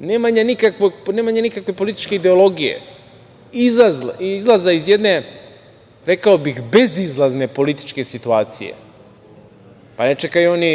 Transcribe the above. nemanje nikakve političke ideologije, izlaza iz jedne, rekao bih, bezizlazne političke situacije… Pa, ne čekaju oni